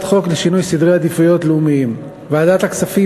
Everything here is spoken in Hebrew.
חוק לשינוי סדרי עדיפויות לאומיים: ועדת הכספים,